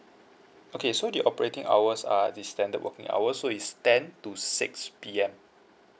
okay so the operating hours ah the standard working hour so it's ten to six P_M